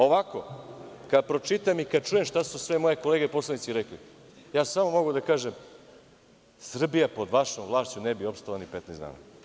Ovako kada pročitam i kada čujem šta su sve moje kolege poslanici rekli, ja samo mogu da kažem da Srbija pod vašom vlašću ne bi opstala ni 15 dana.